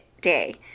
day